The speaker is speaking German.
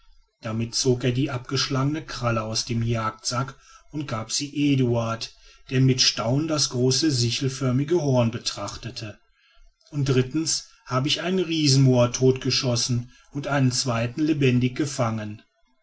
damit zog er die abgeschlagene kralle aus dem jagdsack und gab sie eduard der mit staunen das große sichelförmige horn betrachtete und drittens habe ich einen riesenmoa totgeschossen und einen zweiten lebendig gefangen